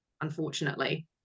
unfortunately